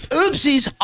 Oopsies